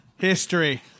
History